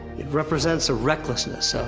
it represents a recklessness,